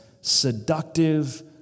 seductive